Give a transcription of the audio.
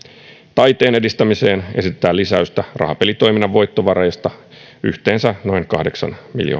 taiteen edistämiseen esitetään lisäystä rahapelitoiminnan voittovaroista yhteensä noin kahdeksan